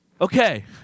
Okay